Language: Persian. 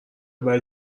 بدی